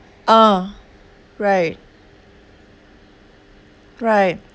ah right right